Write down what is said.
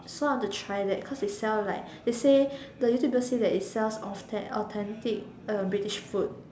so I want to try that cause it sell like they say the YouTuber say that it sells au~ authentic uh British food